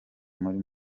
muri